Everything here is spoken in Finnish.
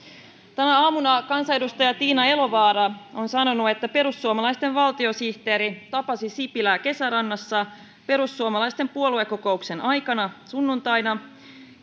tänä aamuna kansanedustaja tiina elovaara on sanonut että perussuomalaisten valtiosihteeri tapasi sipilän kesärannassa perussuomalaisten puoluekokouksen aikana sunnuntaina